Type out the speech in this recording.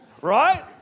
Right